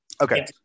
Okay